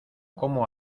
como